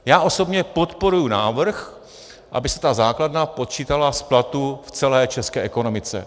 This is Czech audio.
Já osobně podporuji návrh, aby se ta základna počítala z platů v celé české ekonomice.